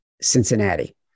cincinnati